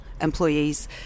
employees